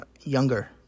younger